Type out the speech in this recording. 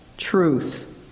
Truth